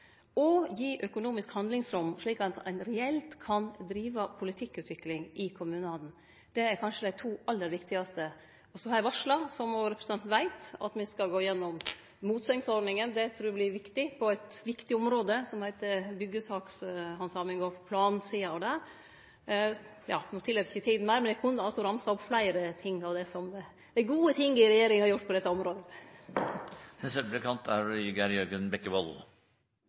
å gi økonomisk handlingsrom slik at ein kan drive reell politikkutvikling i kommunane. Det er kanskje dei to aller viktigste tiltaka. Og så eg har varsla, som representanten òg veit, at me skal gå igjennom motsegns ordninga. Det trur eg vert viktig på eit viktig område som heiter byggjesakshandsaming og plansida av det. No tillet ikkje tida meir, men eg kunne altså ha ramsa opp fleire gode ting som regjeringa har gjort på dette området.